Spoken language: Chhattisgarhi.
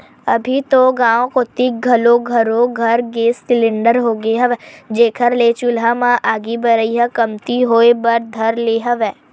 अभी तो गाँव कोती घलोक घरो घर गेंस सिलेंडर होगे हवय, जेखर ले चूल्हा म आगी बरई ह कमती होय बर धर ले हवय